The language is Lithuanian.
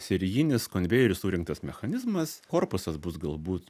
serijinis konvejeriu surinktas mechanizmas korpusas bus galbūt